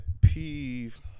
peeve